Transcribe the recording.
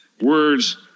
Words